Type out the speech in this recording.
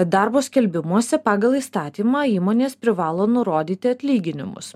darbo skelbimuose pagal įstatymą įmonės privalo nurodyti atlyginimus